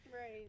Right